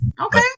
Okay